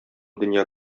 дөнья